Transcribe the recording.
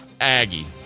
Aggie